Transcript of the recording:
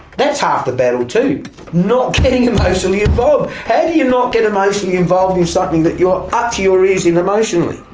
that's half the battle too not getting emotionally involved. how do you not get emotionally involved in something that you're up to your ears in emotionally?